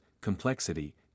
complexity